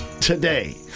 today